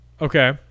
Okay